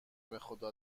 بخدا